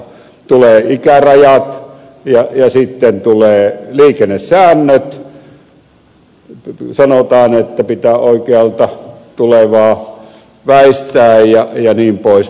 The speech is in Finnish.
tulee ikärajat ja sitten tulee liikennesäännöt sanotaan että pitää oikealta tulevaa väistää jnp